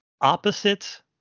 opposite